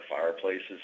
fireplaces